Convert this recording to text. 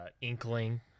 inkling